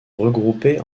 regroupées